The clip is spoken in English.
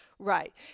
Right